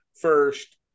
first